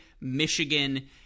Michigan